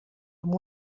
amb